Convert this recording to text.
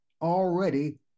already